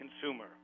consumer